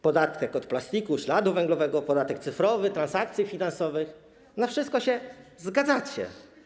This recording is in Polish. Podatek od plastiku, od śladu węglowego, podatek cyfrowy, podatek od transakcji finansowych - na wszystko się zgadzacie.